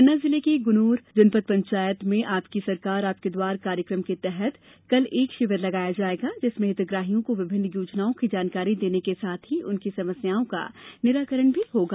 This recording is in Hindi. पन्ना जिले की गुनोर जनपद पंचायत में आपकी सरकार आपके द्वार कार्यक्रम के तहत कल एक शिविर लगाया जाएगा जिसमें हितग्राहियों को विभिन्न योजनाओं की जानकारी देने के साथ ही उनकी समस्याओं का निराकरण भी किया जाएगा